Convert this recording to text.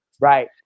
Right